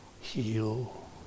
heal